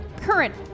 current